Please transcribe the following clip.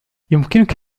يمكنك